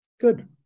Good